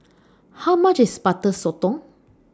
How much IS Butter Sotong